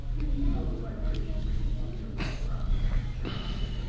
if you know the vibration rate of the electrons of germs,